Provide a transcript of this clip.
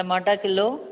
टमाटा किलो